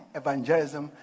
evangelism